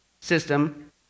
system